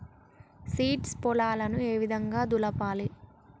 Seeds పొలాలను ఏ విధంగా దులపాలి?